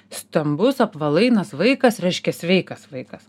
stambus apvalainas vaikas reiškia sveikas vaikas